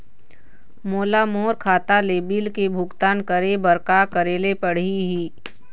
मोला मोर खाता ले बिल के भुगतान करे बर का करेले पड़ही ही?